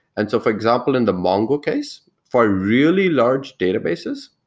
and so for example, in the mongo case, for really large databases,